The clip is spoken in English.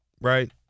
Right